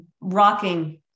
rocking